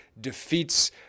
defeats